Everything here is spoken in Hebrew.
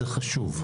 זה חשוב.